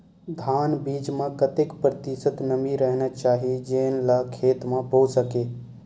धान बीज म कतेक प्रतिशत नमी रहना चाही जेन ला खेत म बो सके?